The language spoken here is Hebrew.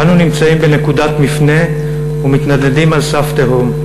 אנו נמצאים בנקודת מפנה ומתנדנדים על סף תהום.